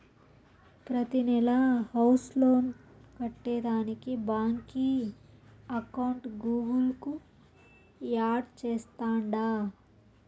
ప్రతినెలా house loan కట్టేదానికి బాంకీ అకౌంట్ గూగుల్ కు యాడ్ చేస్తాండా